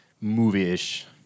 movie-ish